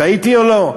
טעיתי או לא?